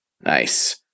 Nice